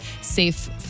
safe